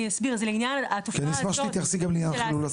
אני אסביר זה לעניין --- אני אשמח שתתייחסי לזה.